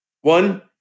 One